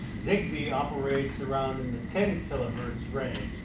zigbee operates around in ten so ah khz range.